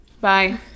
Bye